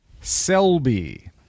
Selby